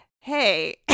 hey